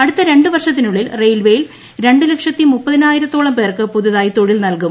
അടുത്ത രണ്ട് വർഷത്തിനുളിളിൽ ്റെയിൽവേയിൽ രണ്ടുലക്ഷത്തിമുപ്പതിനായിര്ത്തോളം പേർക്ക് പുതുതായി തൊഴിൽ നൽകും